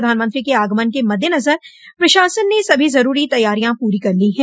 प्रधानमंत्री के आगमन के मद्देनजर प्रशासन ने सभी ज़रूरी तैयारियां पूरी कर ली हैं